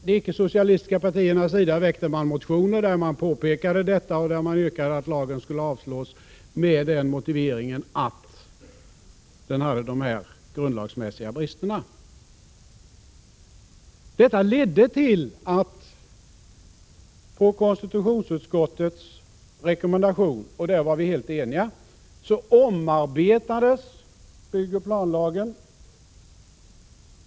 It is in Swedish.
De ickesocialistiska partierna väckte då motioner med yrkande om att förslaget skulle avslås med motiveringen att det hade de grundlagsmässiga brister som påtalats. Detta ledde till att förslaget till planoch bygglag på konstitutionsutskottets rekommendation — där var vi helt eniga — omarbetades.